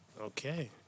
Okay